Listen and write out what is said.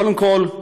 קודם כול,